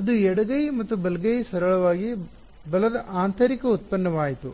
ಅದು ಎಡಗೈ ಮತ್ತು ಬಲಗೈ ಸರಳವಾಗಿ ಬಲದ ಆಂತರಿಕ ಉತ್ಪನ್ನವಾಯಿತು